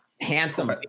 handsome